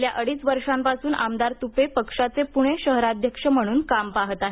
गेल्या अडीच वर्षांपासन आमदार तुपे पक्षाचे पुणे शहराध्यक्ष म्हणुन काम पाहत आहेत